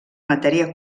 matèria